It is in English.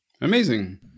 Amazing